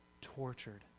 tortured